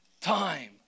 Time